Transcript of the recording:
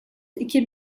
iki